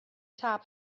top